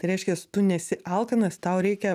tai reiškias tu nesi alkanas tau reikia